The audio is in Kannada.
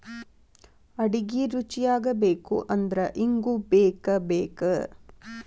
ಅಡಿಗಿ ರುಚಿಯಾಗಬೇಕು ಅಂದ್ರ ಇಂಗು ಬೇಕಬೇಕ